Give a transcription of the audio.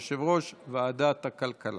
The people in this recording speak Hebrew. יושב-ראש ועדת הכלכלה.